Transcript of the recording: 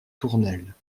tournelles